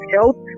Health